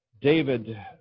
David